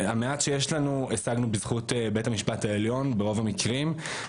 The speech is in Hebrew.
המעט שיש לנו השגנו בזכות בית המשפט העליון ברוב המקרים,